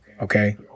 Okay